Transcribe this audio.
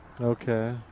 Okay